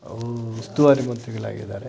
ಉಸ್ತುವಾರಿ ಮಂತ್ರಿಗಳಾಗಿದ್ದಾರೆ